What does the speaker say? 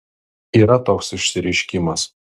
yra toks išsireiškimas